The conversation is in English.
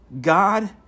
God